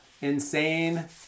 insane